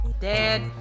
dad